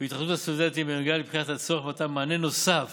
והתאחדות הסטודנטים בנוגע לבחינת הצורך למתן מענה נוסף